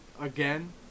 again